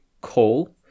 call